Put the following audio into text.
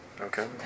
Okay